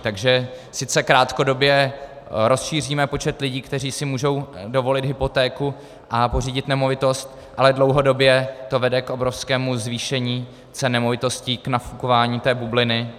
Takže sice krátkodobě rozšíříme počet lidí, kteří si můžou dovolit hypotéku a pořídit nemovitost, ale dlouhodobě to vede k obrovskému zvýšení cen nemovitostí, k nafukování té bubliny.